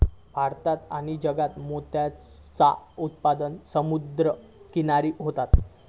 भारत आणि जगात मोतीचा उत्पादन समुद्र किनारी होता